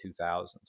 2000s